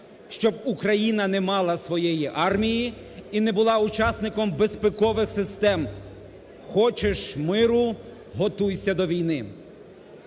щоб Україна не мала своєї армії і не була учасником безпекових систем. Хочеш миру – готуйся до війни.